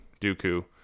Dooku